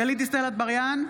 נגד גלית דיסטל אטבריאן,